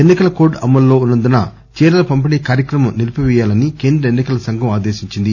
ఎన్ని కల కోడ్ అమల్లో ఉన్సందున చీరల పంపిణీ కార్యక్రమం నిలిపిపేయాలని కేంద్ర ఎన్నికల సంఘం ఆదేశించింది